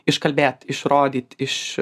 iškalbėt išrodyt iš